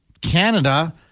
Canada